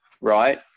right